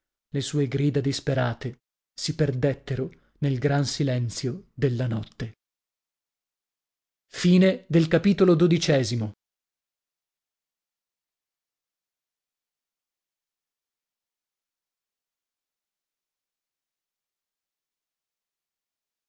le sue grida disperate si perdettero nel gran silenzio della notte xiii vi